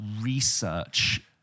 research